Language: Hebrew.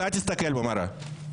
אתה תסתכל במראה.